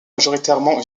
majoritairement